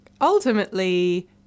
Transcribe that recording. ultimately